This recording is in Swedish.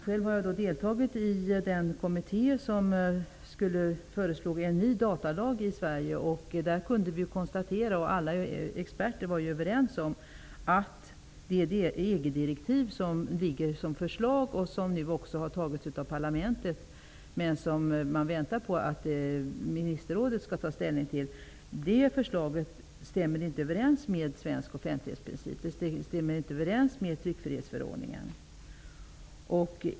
Själv har jag deltagit i den kommitté som skulle föreslå en ny datalag i Sverige. Där kunde vi konstatera -- alla experter var överens -- att det förslag till EG-direktiv som föreligger, som nu har antagits av parlamentet men som man väntar på att ministerrådet skall ta ställning till, inte stämmer överens med svensk offentlighetsprincip. Det stämmer inte överens med tryckfrihetsförordningen.